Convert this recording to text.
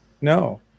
No